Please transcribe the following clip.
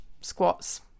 squats